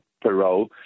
parole